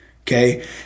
Okay